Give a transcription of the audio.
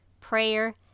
prayer